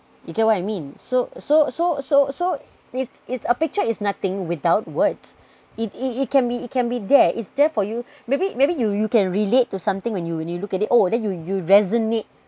you get what I mean so so so so so it's it's a picture is nothing without words it it can be it can be there it's there for you maybe maybe you you can relate to something when you when you look at it oh then you you resonate